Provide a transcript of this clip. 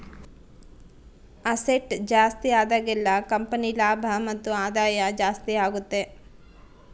asset ಜಾಸ್ತಿ ಆದಾಗೆಲ್ಲ company ಲಾಭ ಮತ್ತು ಆದಾಯ ಜಾಸ್ತಿ ಆಗುತ್ತೆ